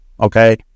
okay